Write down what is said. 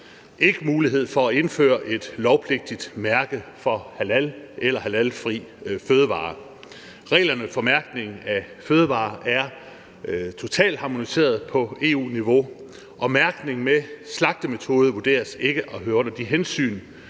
ikke mulighed for at indføre et lovpligtigt mærke for halal eller halalfri fødevarer. Reglerne for mærkningen af fødevarer er totalharmoniseret på EU-niveau, og mærkningen med slagtemetode vurderes ikke at høre under de hensyn,